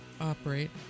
operate